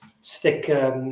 stick